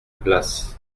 place